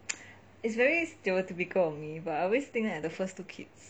it's very stereotypical of me but I always think that the first two kids